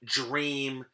dream